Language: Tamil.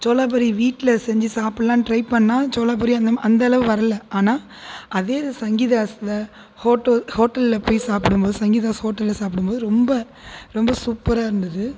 சோளா பூரி வீட்டில் செஞ்சு சாப்பிடலாம்னு ட்ரை பண்ணால் சோளா பூரி அந்தம் அந்த அளவுக்குள் வரலை ஆனால் அதே சங்கீதாஸில் ஹோட்ட ஹோட்டலில் போய் சாப்பிடும் போது சங்கீதாஸ் ஹோட்டலில் சாப்பிடும் போது ரொம்ப ரொம்ப சூப்பராக இருந்தது